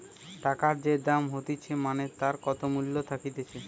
টাকার যে দাম হতিছে মানে তার কত মূল্য থাকতিছে